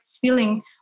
feeling